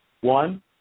One